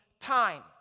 time